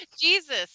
Jesus